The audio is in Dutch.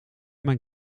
mijn